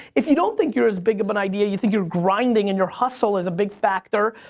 if you don't think you're as big of an idea, you think you're grinding and your hustle is a big factor,